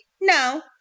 No